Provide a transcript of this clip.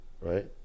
right